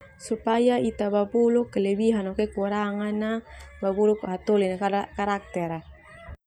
Supaya ita babuluk kelebihan no kekurangan na babuluk hataholi ka-karakter.